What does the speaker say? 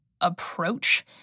approach